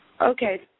Okay